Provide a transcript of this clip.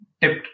tipped